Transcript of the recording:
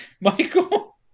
Michael